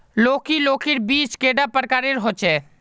लौकी लौकीर बीज कैडा प्रकारेर होचे?